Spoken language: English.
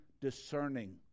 discerning